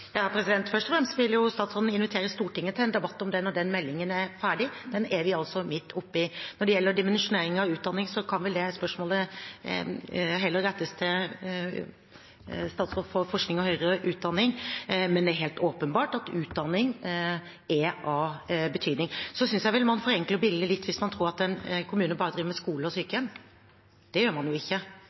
debatt om meldingen når den er ferdig – den er vi altså midt oppe i. Når det gjelder dimensjonering av utdanning, kan vel det spørsmålet heller rettes til statsråden for forskning og høyere utdanning. Men det er helt åpenbart at utdanning er av betydning. Så synes jeg vel man forenkler bildet litt hvis man tror at en kommune bare driver med skole og sykehjem. Det gjør man jo ikke.